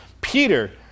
Peter